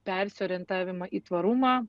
persiorientavimą į tvarumą